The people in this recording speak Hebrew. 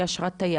ב/2.